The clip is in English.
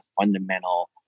fundamental